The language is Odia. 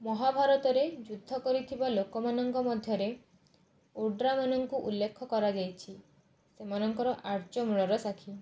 ମହାଭାରତରେ ଯୁଧ୍ୟ କରିଥିବା ଲୋକମାନଙ୍କ ମଧ୍ୟରେ ଉଡ୍ରମାନଙ୍କୁ ଉଲ୍ଲେଖ କରାଯାଇଛି ସେମାନଙ୍କର ଆର୍ଯ୍ୟ ମୂଳର ସାକ୍ଷୀ